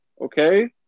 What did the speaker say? Okay